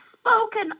spoken